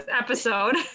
episode